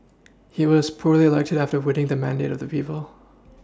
he was popularly elected after winning the mandate of the people